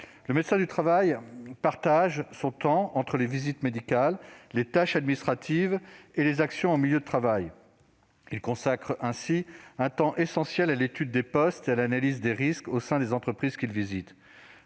Le médecin du travail partage son temps entre les visites médicales, les tâches administratives et les actions en milieu de travail. Il consacre un temps essentiel à l'étude des postes et à l'analyse des risques au sein des entreprises qu'il visite.